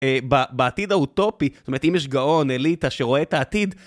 בעתיד האוטופי, זאת אומרת, אם יש גאון, אליטה שרואה את העתיד...